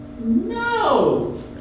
No